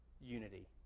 unity